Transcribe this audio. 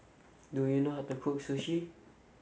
do you know how to cook Sushi